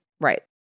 right